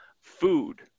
food